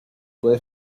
puede